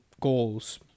goals